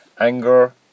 Anger